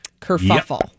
kerfuffle